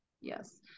yes